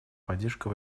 поддержка